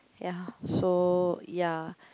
ya so ya